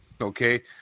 Okay